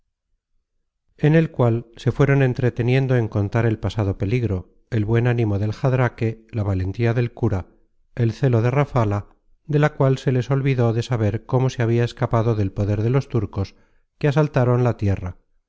en el cual se fueron entreteniendo en contar el pasado peligro el buen ánimo del jadraque la valentía del cura el celo de rafala de la cual se les olvidó de saber cómo se habia escapado del poder de los turcos que asaltaron la tierra